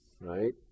right